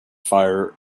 fire